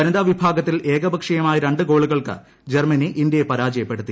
വനിതാ വിഭാഗത്തിൽ ഏകപക്ഷീയമായ രണ്ട് ഗോളുകൾക്ക് ജർമ്മനി ഇന്ത്യയെ പരാജയപ്പെടുത്തി